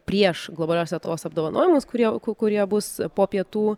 prieš globalios lietuvos apdovanojimus kurie kurie bus po pietų